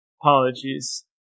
apologies